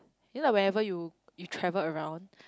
you know like whenever you you travel around